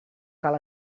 cal